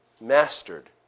mastered